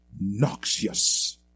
noxious